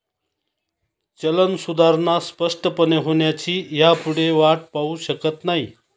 चलन सुधारणा स्पष्टपणे होण्याची ह्यापुढे वाट पाहु शकत नाही